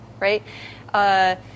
right